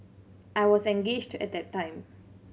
I was engaged at that time